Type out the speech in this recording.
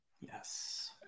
Yes